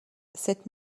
cette